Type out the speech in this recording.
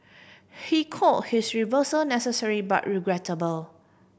he call his reversal necessary but regrettable